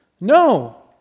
No